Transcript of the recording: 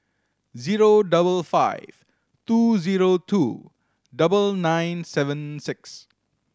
zero double five two zero two double nine seven six